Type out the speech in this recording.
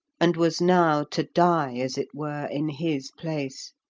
and was now to die, as it were, in his place.